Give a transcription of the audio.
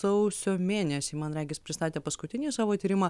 sausio mėnesį man regis pristatė paskutinį savo tyrimą